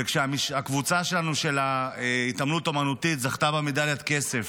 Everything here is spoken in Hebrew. וכשהקבוצה שלנו של ההתעמלות האומנותית זכתה במדליית כסף,